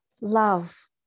love